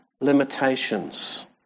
limitations